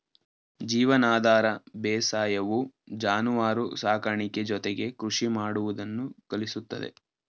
ಜೀವನಾಧಾರ ಬೇಸಾಯವು ಜಾನುವಾರು ಸಾಕಾಣಿಕೆ ಜೊತೆಗೆ ಕೃಷಿ ಮಾಡುವುದನ್ನು ಕಲಿಸುತ್ತದೆ